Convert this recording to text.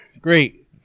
Great